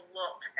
look